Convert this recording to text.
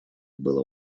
было